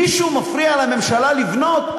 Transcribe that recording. מישהו מפריע לממשלה לבנות?